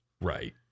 Right